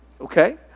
Okay